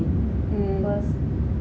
mm